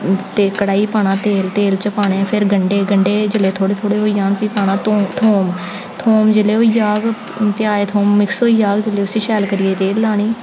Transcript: तेल कड़ाई च पाना तेल तेल च पाने फिर गंडे गंडे जेल्लै थोह्ड़े थोह्ड़े होई जान भी पाना थूम थूम थूम जेल्लै होई जाह्ग प्याज थूम मिक्स होई जाह्ग जेल्लै उसी शैल करियै रेड़ लानी